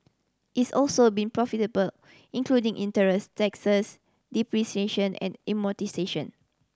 it's also been profitable including interest taxes depreciation and amortisation